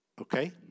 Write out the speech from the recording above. okay